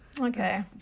okay